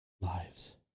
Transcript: lives